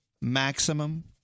maximum